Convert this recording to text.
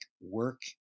work